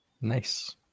Nice